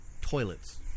toilets